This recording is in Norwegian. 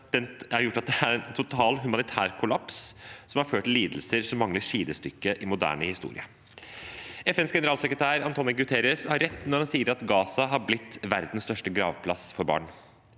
ført til en total humanitær kollaps, som har ført til lidelser som mangler sidestykke i moderne historie. FNs generalsekretær António Guterres har rett når han sier at Gaza har blitt verdens største gravplass for barn.